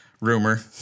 rumor